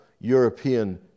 European